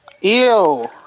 Ew